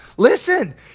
Listen